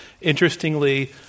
Interestingly